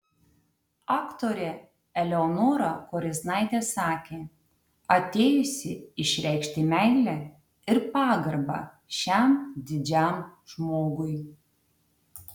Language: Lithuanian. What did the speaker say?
aktorė eleonora koriznaitė sakė atėjusi išreikšti meilę ir pagarbą šiam didžiam žmogui